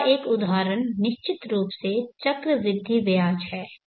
इसका एक उदाहरण निश्चित रूप से चक्रवृद्धि ब्याज है